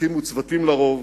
הקימו צוותים לרוב,